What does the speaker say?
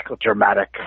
dramatic